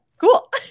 cool